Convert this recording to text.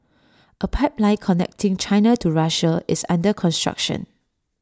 A pipeline connecting China to Russia is under construction